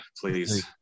please